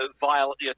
violence